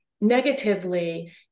negatively